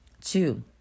Two